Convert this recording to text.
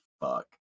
fuck